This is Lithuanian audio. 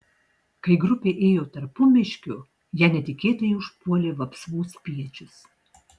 kai grupė ėjo tarpumiškiu ją netikėtai užpuolė vapsvų spiečius